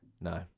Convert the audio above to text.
No